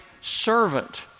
servant